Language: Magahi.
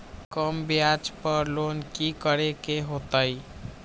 कम ब्याज पर लोन की करे के होतई?